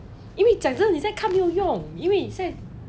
因为讲真的现在看没有用因为现在